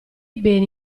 beni